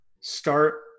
start